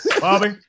Bobby